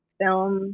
film